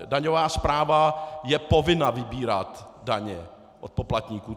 Daňová správa je povinna vybírat daně od poplatníků.